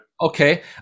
Okay